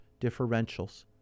differentials